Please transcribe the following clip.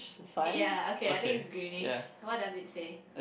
ya okay I think is greenish what does it say